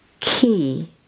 Key